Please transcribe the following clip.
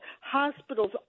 hospitals